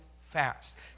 fast